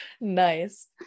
Nice